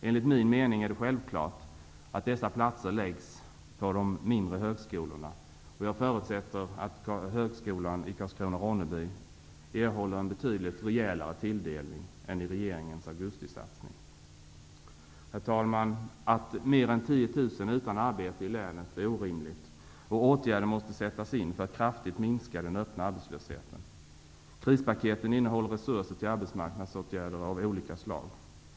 Enligt min mening är det självklart att dessa platser läggs på de mindre högskolorna, och jag förutsätter att högskolan i Karlskrona/Ronneby erhåller en betydligt rejälare tilldelning än vad den fick i regeringens augustisatsning. Herr talman! Att mer än 10 000 är utan arbete i länet är orimligt. Åtgärder måste sättas in för att kraftigt minska den öppna arbetslösheten. Krispaketen innehåller resurser till arbetsmarknadsinsatser av olika slag.